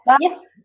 Yes